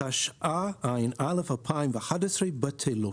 התשע"א-2011 בטלות.